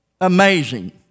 amazing